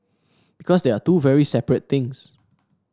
because they are two very separate things